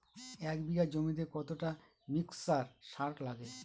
এক বিঘা জমিতে কতটা মিক্সচার সার লাগে?